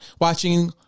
watching